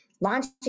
launching